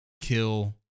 kill